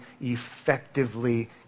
effectively